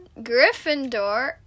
Gryffindor